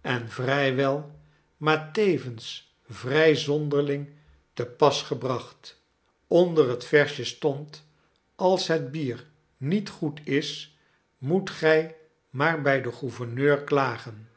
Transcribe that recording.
en vrij wel maar tevens vrij zonderling te pas gebracht onder het versje stond als het bier niet goed is moet gij maar bij den gouverneur klagen